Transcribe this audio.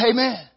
Amen